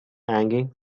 hanging